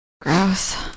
gross